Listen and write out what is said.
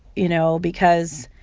you know, because